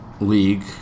league